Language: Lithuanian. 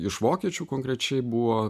iš vokiečių konkrečiai buvo